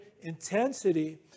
intensity